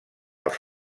els